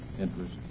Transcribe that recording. interest